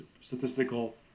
statistical